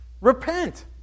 Repent